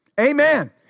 Amen